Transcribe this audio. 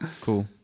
Cool